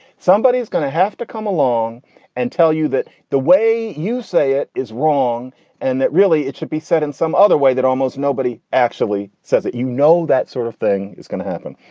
somebody is going to have to come along and tell you that the way you say it is wrong and that really it should be set in some other way, that almost nobody actually says that, you know, that sort of thing is going to happen.